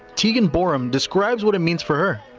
tegan boram, describes what it means for her.